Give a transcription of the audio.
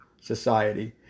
society